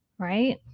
right